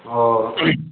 हँ